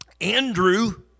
Andrew